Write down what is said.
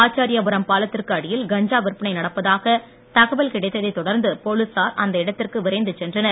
ஆச்சார்யாபுரம் பாலத்திற்கு அடியில் கஞ்சா விற்பனை நடப்பதாக தகவல் கிடைத்ததைத் தொடர்ந்து போலீசார் அந்த இடத்திற்கு விரைந்து சென்றனர்